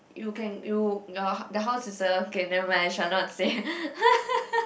you can you your the house is the okay never mind shall not say